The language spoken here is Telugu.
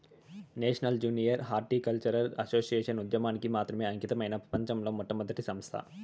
నేషనల్ జూనియర్ హార్టికల్చరల్ అసోసియేషన్ ఉద్యానవనానికి మాత్రమే అంకితమైన ప్రపంచంలో మొట్టమొదటి సంస్థ